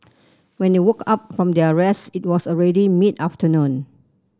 when they woke up from their rest it was already mid afternoon